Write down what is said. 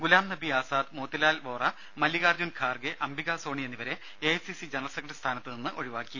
ഗുലാംനബി ആസാദ് മോത്തിലാൽ മോറ മല്ലികാർജ്ജുൻ ഖാർഗെ അംബികാ സോണി എന്നിവരെ A I C C general secretary സ്ഥാനത്തു നിന്ന് ഒഴിവാക്കി